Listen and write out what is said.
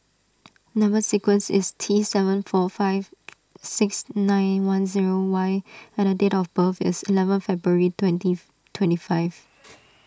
Number Sequence is T seven four five six nine one zero Y and date of birth is eleven February twenty twenty five